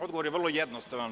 Odgovor je vrlo jednostavan.